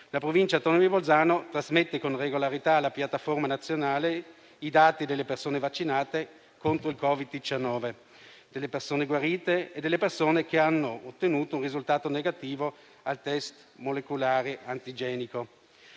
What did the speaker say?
La Provincia autonoma di Bolzano trasmette con regolarità alla piattaforma nazionale i dati delle persone vaccinate contro il Covid-19, di quelle guarite e di quelle che hanno ottenuto un risultato negativo al *test* molecolare antigenico.